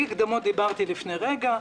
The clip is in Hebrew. על אי-הקדמות דיברתי לפני רגע.